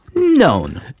known